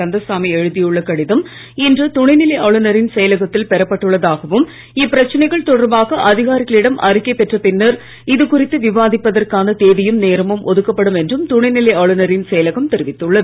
கந்தசாமி எழுதியுள்ள கடிதம் இன்று துணைநிலை ஆளுநரின் செயலகத்தில் பெறப்பட்டுள்ளதாகவும் இப்பிரச்சனைகள் தொடர்பாக அதிகாரிகளிடம் அறிக்கை பெற்ற பின்னர் இதுகுறித்து விவாதிப்பதற்கான தேதியும் நேரமும் ஒதுக்கப்படும் என்றும் துணைநிலை ஆளுநரின் செயலகம் தெரிவித்துள்ளது